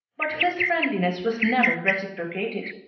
but this friendliness was never reciprocated.